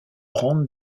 rente